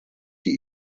die